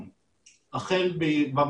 רוב פליטות תחמוצות החנקן והגופרית,